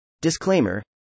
Disclaimer